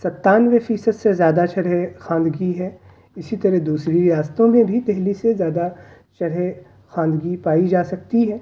ستانوے فیصد سے زیادہ شرح خواندگی ہے اسی طرح دوسری ریاستوں میں بھی دہلی سے زیادہ شرح خواندگی پائی جا سکتی ہے